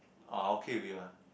oh I okay with it ah